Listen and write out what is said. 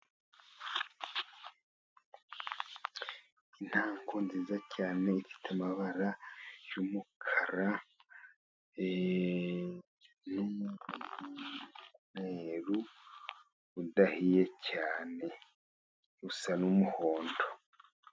Intango nziza cyane ifite amabara y' umukara, umweru udahiye cyane usa n' umuhondo.